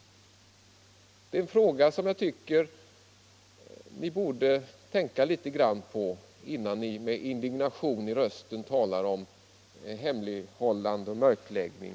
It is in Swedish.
Det är en fråga som jag tycker ni borde ställa er, innan ni med indignation i rösten talar om hemlighållande och mörkläggning.